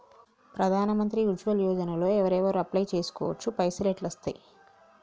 ప్రధాన మంత్రి ఉజ్వల్ యోజన లో ఎవరెవరు అప్లయ్ చేస్కోవచ్చు? పైసల్ ఎట్లస్తయి?